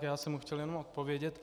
Já jsem mu chtěl jenom odpovědět.